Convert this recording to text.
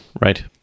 right